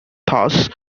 thus